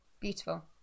Beautiful